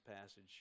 passage